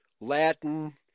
Latin